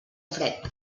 fred